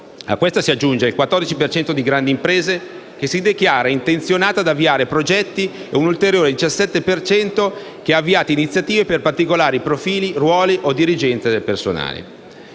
A ciò si aggiunge il 14 per cento di grandi imprese che si dichiara intenzionato ad avviare progetti e un ulteriore 17 per cento che ha avviato iniziative per particolari profili, ruoli o esigenze del personale.